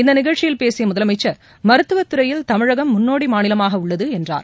இந்த நிகழ்ச்சியில் பேசிய முதலமைச்சர் மருத்துவத் துறையில் தமிழகம் முன்னோடி மாநிலமாக உள்ளது என்றார்